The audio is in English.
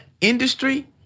industry